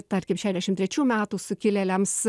tarkim šešiasdešim trečių metų sukilėliams